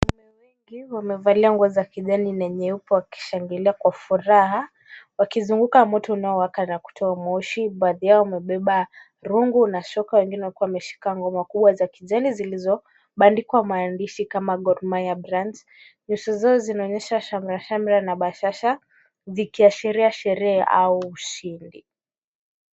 Watu wengi wamevalia nguo za kijani na nyeupe, wakishangilia kwa furaha, wakizunguka moto unaowaka na kutoa moshi. Baadhi yao wamebeba rungu na shoka, wengine wakiwa wameshika ngoma kubwa za kijani, zilizobandikwa maandishi kama, Gor Mahia Branch. Nyuso zao zinaonyesha shamrashamra na bashasha, zikiashiria sherehe au ushindi.